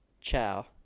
Ciao